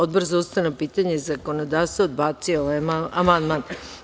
Odbor za ustavna pitanja i zakonodavstvo odbacio je ovaj amandman.